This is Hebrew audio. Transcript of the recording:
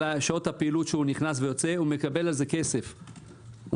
שעות הפעילות שהוא נכנס ויוצא - הוא מקבל על זה כסף מהנמל.